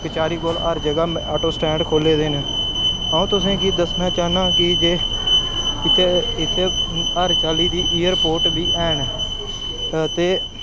कचैह्री कोला हर जगह् आटो स्टैंड खोह्ले गेदे न अ'ऊं तुसें गी दस्सना चाह्न्नां की जे इत्थै इत्थै हर चाल्ली दे एयरपोर्ट बी हैन ते